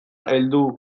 heldu